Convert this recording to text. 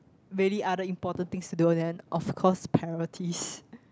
really other important thing to do then of course priorities